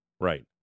right